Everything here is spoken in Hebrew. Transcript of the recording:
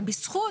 ובזכות,